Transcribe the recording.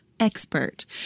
expert